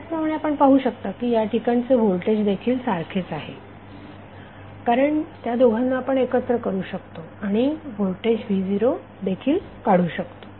त्याचप्रमाणे आपण पाहू शकता की या ठिकाणचे व्होल्टेज देखील सारखेच असेल कारण त्या दोघांना आपण एकत्र करू शकतो आणि व्होल्टेज v0देखील काढू शकतो